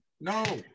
No